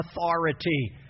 authority